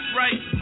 right